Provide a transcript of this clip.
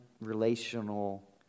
relational